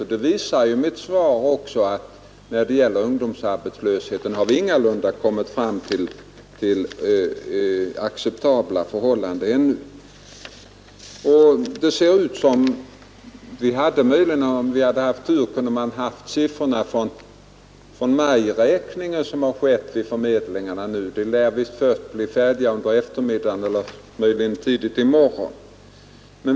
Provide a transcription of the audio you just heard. Av mitt svar framgår också att vi när det gäller ungdomsarbetslösheten ingalunda ännu kommit fram till acceptabla förhållanden. Om vi hade haft tur i dag kunde vi kanske i denna debatt till vårt förfogande ha haft siffrorna från den majräkning av arbetslösheten som pågått vid förmedlingarna. Siffrorna lär komma under eftermiddagen eller möjligen tidigt i morgon.